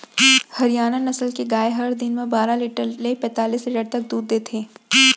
हरियाना नसल के गाय हर दिन म बारा लीटर ले पैतालिस लीटर तक दूद देथे